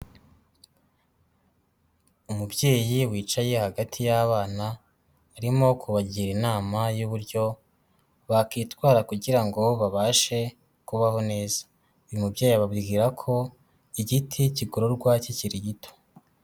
Umubyeyi wicaye hagati y'abana, arimo kubagira inama y'uburyo bakitwara kugira ngo babashe kubaho neza, uyu mubyeyi ababwira ko igiti kigororwa kikiri gito.